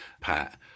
Pat